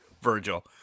Virgil